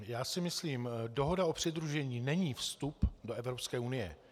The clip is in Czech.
Já si myslím dohoda o přidružení není vstup do Evropské unie.